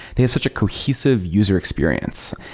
they have such a cohesive user experience.